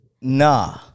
Nah